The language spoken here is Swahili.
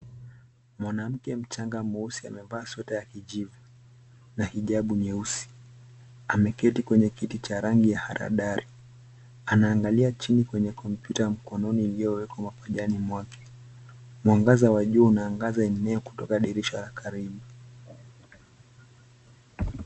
Mwanamke mchanga mweusi amevaa sweta ya kijivu na hijabu nyeusi, ameketi kwenye kiti cha rangi ya haradari, anangalia chini kwenye kompyuta mkononi iliyowekwa mapajani mwake. Mwangaza wa jua unaangaza eneo kutoka dirisha la karibu.